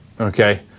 Okay